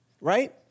Right